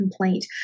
complaint